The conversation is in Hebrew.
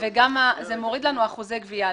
זה מוריד לנו אחוזי גבייה.